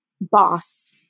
Boss